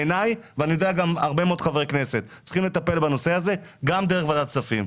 צריך לטפל בנושא הזה, גם דרך ועדת כספים.